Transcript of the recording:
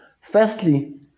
firstly